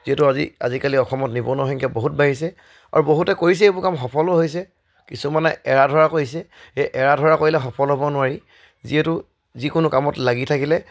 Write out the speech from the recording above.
যিহেতু আজি আজিকালি অসমত নিবনুৱা সংখ্যা বহুত বাঢ়িছে আৰু বহুতে কৰিছে এইবোৰ কাম সফলো হৈছে কিছুমানে এৰাধৰা কৰিছে সেই এৰাধৰা কৰিলে সফল হ'ব নোৱাৰি যিহেতু যিকোনো কামত লাগি থাকিলে